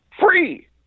Free